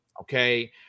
Okay